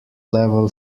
level